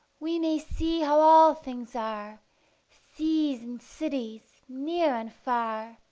we may see how all things are seas and cities, near and far,